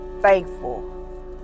thankful